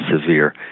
severe